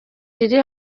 riri